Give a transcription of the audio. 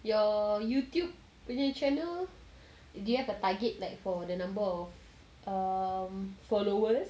your youtube punya channel do you have a target like for the number of followers